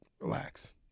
Relax